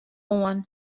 oan